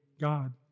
God